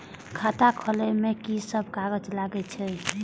खाता खोलब में की सब कागज लगे छै?